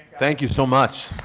thank you, so much.